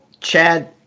Chad